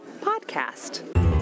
podcast